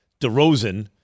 DeRozan